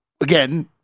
again